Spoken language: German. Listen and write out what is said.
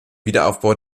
wiederaufbau